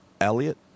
Elliot